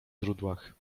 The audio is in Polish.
źródłach